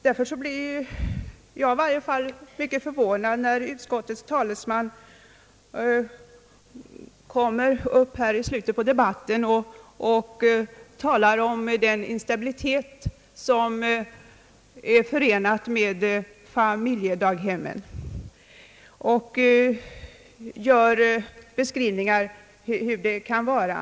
Därför blev i varje fall jag mycket förvånad, när utskottets talesman nu i slutet av debatten kommer upp och talar om den instabilitet som är förenad med familjedaghemmen och ger exempel på hur det kan vara.